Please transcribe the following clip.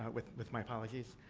but with with my apologies.